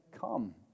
come